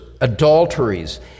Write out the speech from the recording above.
adulteries